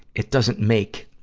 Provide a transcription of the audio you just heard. it doesn't make